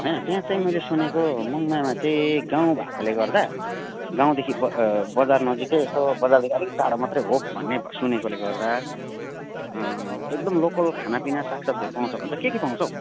होइन त्यहाँ चाहिँ मैले सुनेको मङमायामा चाहिँ गाउँ भएकोले गर्दा गाउँदेखि ब बजार नजिकै यसो बजारदेखि अलिक टाडो मात्रै हो भन्ने सुनेकोले गर्दा एकदम लोकल खानापिना सागसब्जीहरू पाउँछ भन्छ के के पाउँछौ